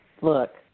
look